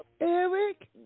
Eric